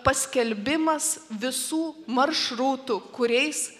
paskelbimas visų maršrutų kuriais